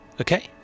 Okay